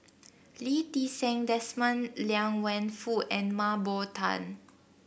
Lee Ti Seng Desmond Liang Wenfu and Mah Bow Tan